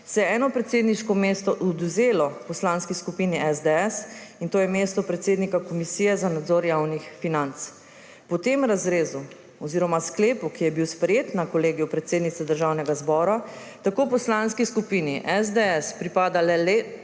se je eno predsedniško mesto odvzelo poslanski skupini SDS, in to je mesto predsednika Komisije za nadzor javnih financ. Po tem razrezu oziroma sklepu, ki je bil sprejet na Kolegiju predsednice Državnega zbora, tako poslanski skupini SDS pripada le pet